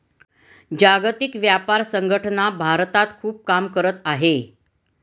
जागतिक व्यापार संघटना भारतात खूप काम करत आहे